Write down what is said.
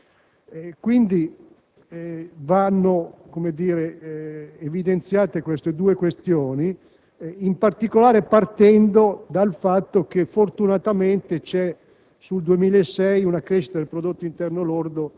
quella relativa al miglior andamento delle entrate e quella relativa alla sentenza della Corte di giustizia europea sulla detraibilità dell'IVA.